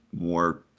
more